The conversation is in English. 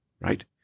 right